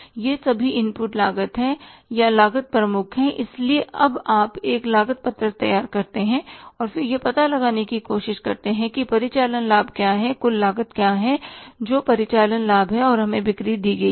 ये सभी इनपुट लागत हैं या लागत प्रमुख हैं इसलिए अब आप एक लागत पत्रक तैयार करते हैं और फिर यह पता लगाने की कोशिश करते हैं कि परिचालन लाभ क्या है कुल लागत क्या है जो परिचालन लाभ है और हमें बिक्री दी गई है